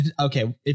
Okay